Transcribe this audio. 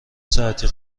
ساعتی